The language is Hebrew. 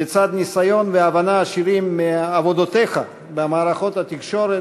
לצד ניסיון והבנה עשירים מעבודותיך במערכות התקשורת